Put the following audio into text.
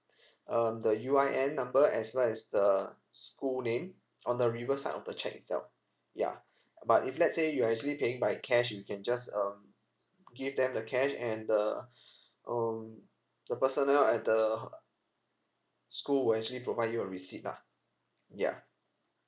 um the U_I_N number as well as the school name on the reverse side of the cheque itself ya but if let's say you are actually paying by cash you can just um give them the cash and the um the personnel at the uh school will actually provide you a receipt lah ya